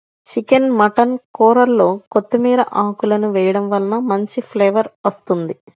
chicken mutton కూరల్లో కొత్తిమీర ఆకులను వేయడం వలన మంచి ఫ్లేవర్ వస్తుంది